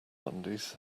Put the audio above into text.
mondays